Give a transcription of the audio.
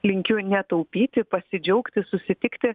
linkiu netaupyti pasidžiaugti susitikti